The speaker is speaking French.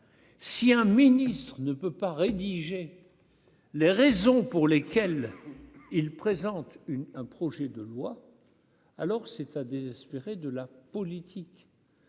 si un ministre ne peut pas rédiger les raisons pour lesquelles ils présentent. Une un projet de loi, alors c'est à désespérer de la politique,